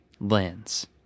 lens